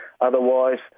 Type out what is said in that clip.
Otherwise